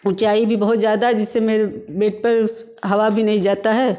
ऊंचाई भी बहुत ज़्यादा है जिससे मेरे बेड पर हवा भी नहीं जाता है